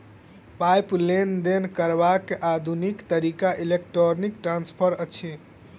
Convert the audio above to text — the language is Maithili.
पाइक लेन देन करबाक आधुनिक तरीका इलेक्ट्रौनिक ट्रांस्फर अछि